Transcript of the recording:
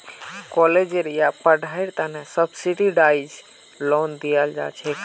कालेजेर या पढ़ाईर नामे सब्सिडाइज्ड लोन दियाल जा छेक